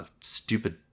stupid